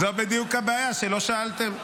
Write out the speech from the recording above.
זו בדיוק הבעיה, שלא שאלתם.